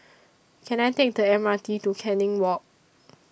Can I Take The M R T to Canning Walk